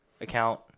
account